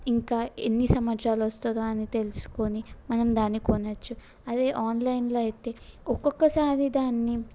ఇంకా ఎన్ని సంవత్సరాలు వస్తుందో అని తెలుసుకొని మనం దాన్ని కొనవచ్చు అదే ఆన్లైన్లో అయితే ఒక్కొక్కసారి దాన్ని